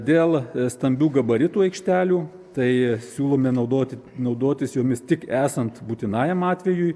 dėl stambių gabaritų aikštelių tai siūlome naudoti naudotis jomis tik esant būtinajam atvejui